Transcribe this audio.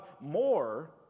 more